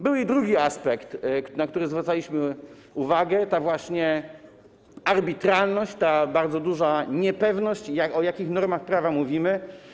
Był i drugi aspekt, na który zwracaliśmy uwagę, właśnie ta arbitralność, ta bardzo duża niepewność, o jakich normach prawa mówimy.